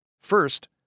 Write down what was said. First